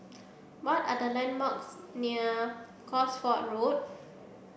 what are the landmarks near Cosford Road